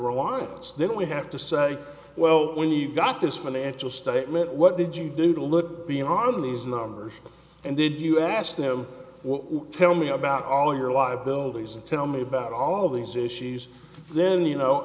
reliance that we have to say well we've got this financial statement what did you do to look beyond these numbers and did you ask them tell me about all your liabilities and tell me about all of these issues then you know